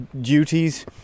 duties